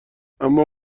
اما